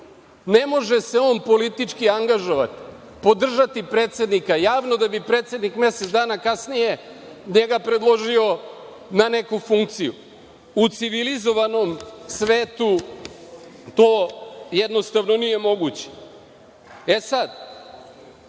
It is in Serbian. Ne može se on politički angažovati, podržati predsednika javno da bi predsednik mesec dana kasnije gde ga predložio na neku funkciju. U civilizovanom svetu to jednostavno nije moguće.E, sad